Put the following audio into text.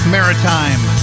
Maritime